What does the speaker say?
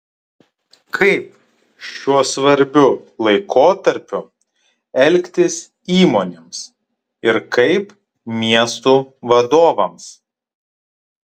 kaip šiuo svarbiu laikotarpiu elgtis įmonėms ir kaip miestų vadovams